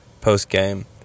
post-game